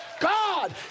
God